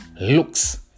looks